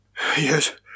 Yes